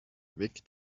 weg